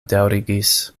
daŭrigis